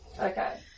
Okay